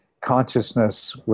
consciousness